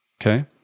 Okay